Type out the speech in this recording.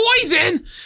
Poison